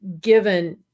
given